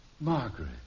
Margaret